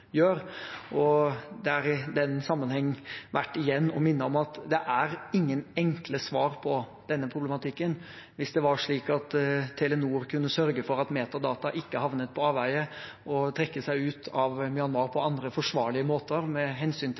og hvilke vurderinger Telenor gjør. Det er i den sammenheng igjen verdt å minne om at det ikke er noen enkle svar på denne problematikken. Hvis det var slik at Telenor kunne sørge for at metadata ikke havnet på avveie, og trekke seg ut på andre forsvarlige måter med hensyn til